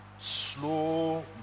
slow